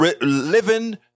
living